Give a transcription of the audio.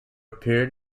period